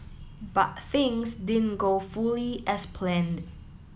but things din go fully as planned